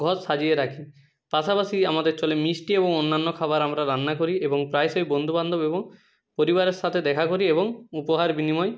ঘর সাজিয়ে রাখি পাশাপাশি আমাদের চলে মিষ্টি এবং অন্যান্য খাবার আমরা রান্না করি এবং প্রায়শই বন্ধুবান্ধব এবং পরিবারের সাথে দেখা করি এবং উপহার বিনিময়